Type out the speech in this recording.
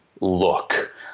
look